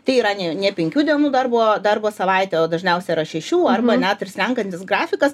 tai yra ne ne penkių dienų darbo darbo savaitė o dažniausia yra šešių arba net ir slenkantis grafikas